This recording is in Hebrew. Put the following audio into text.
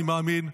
אני מאמין.